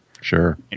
Sure